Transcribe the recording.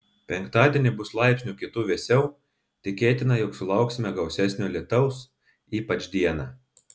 penktadienį bus laipsniu kitu vėsiau tikėtina jog sulauksime gausesnio lietaus ypač dieną